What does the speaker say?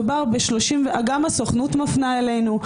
מדובר ב -- גם הסוכנות מפנה אלינו,